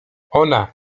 ona